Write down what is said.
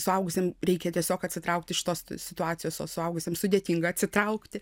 suaugusiam reikia tiesiog atsitraukt iš tos situacijos o suaugusiam sudėtinga atsitraukti